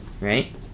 right